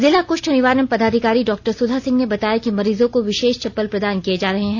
जिला कृष्ठ निवारण पदाधिकारी डॉक्टर सुधा सिंह ने बताया कि मरीजों को विशेष चप्पल प्रदान किए जा रहे हैं